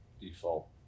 default